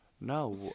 No